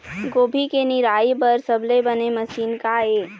गोभी के निराई बर सबले बने मशीन का ये?